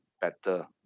better